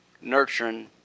nurturing